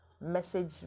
message